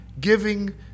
giving